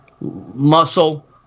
muscle